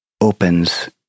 opens